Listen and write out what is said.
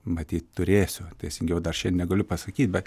matyt turėsiu teisingiau dar šiandien negaliu pasakyti bet